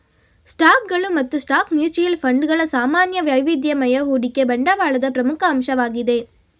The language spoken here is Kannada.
ಸ್ಟಾಕ್ಗಳು ಮತ್ತು ಸ್ಟಾಕ್ ಮ್ಯೂಚುಯಲ್ ಫಂಡ್ ಗಳ ಸಾಮಾನ್ಯ ವೈವಿಧ್ಯಮಯ ಹೂಡಿಕೆ ಬಂಡವಾಳದ ಪ್ರಮುಖ ಅಂಶವಾಗಿದೆ